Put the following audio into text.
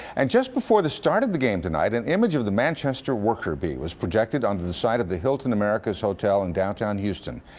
and just before the start of the game, an image of the manchester worker bee was projected onto the side of the hilton americas hotel in downtown houston.